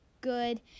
good